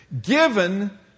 given